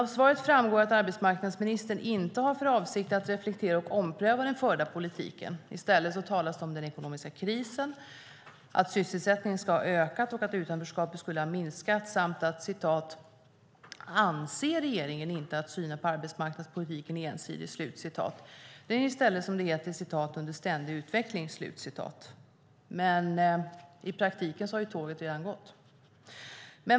Av svaret framgår att arbetsmarknadsministern inte har för avsikt att reflektera och ompröva den förda politiken. I stället talas det om den ekonomiska krisen, att sysselsättningen ska ha ökat och att utanförskapet skulle ha minskat. Samtidigt "anser regeringen inte att synen på arbetsmarknadspolitiken är ensidig", utan den är i stället, som det heter, "under ständig utveckling". Men i praktiken har tåget redan gått.